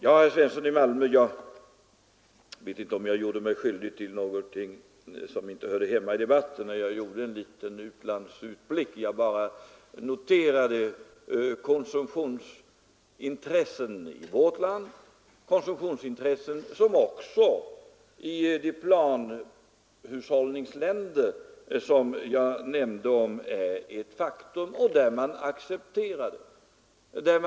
Ja, herr Svensson i Malmö, jag vet inte om jag gjorde mig skyldig till något som inte hörde hemma i debatten då jag gjorde en liten utlandsutblick. Jag bara noterade konsumtionsintressen i vårt land, konsumtionsintressen som också i de planhushållningsländer jag nämnde är ett faktum och där man accepterar detta.